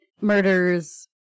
murders